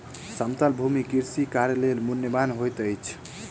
समतल भूमि कृषि कार्य लेल मूल्यवान होइत अछि